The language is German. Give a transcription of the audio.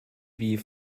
wie